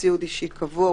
ציוד אישי קבוע,